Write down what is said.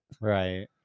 Right